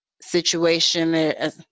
situation